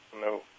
No